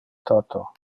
toto